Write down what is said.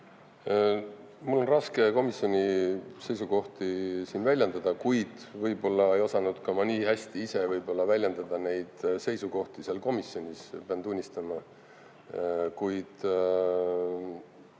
Mul on raske komisjoni seisukohti siin väljendada, kuid võib-olla ei osanud ma nii hästi ka ise väljendada oma seisukohti seal komisjonis, pean tunnistama.